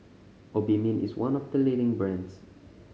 Obimin is one of the leading brands